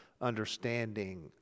understanding